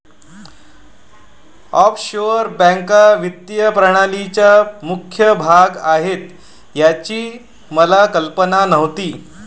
offshore बँका वित्तीय प्रणालीचा मुख्य भाग आहेत याची मला कल्पना नव्हती